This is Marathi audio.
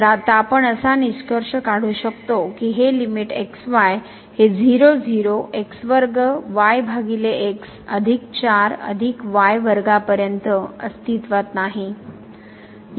तर आता आपण असा निष्कर्ष काढू शकतो की हे लिमिट x y हे x वर्ग y भागिले x अधिक 4 अधिक y वर्गापर्यंत अस्तित्वात नाही